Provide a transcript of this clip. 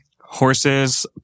horses